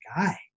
guy